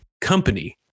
company